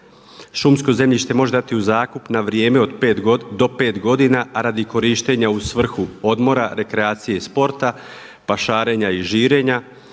šumsko zemljište može dati u zakup na vrijeme do pet godina, a radi korištenja u svrhu odmora, rekreacije i sporta, pašarenja i žirenja,